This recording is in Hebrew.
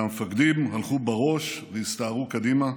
והמפקדים הלכו בראש והסתערו קדימה.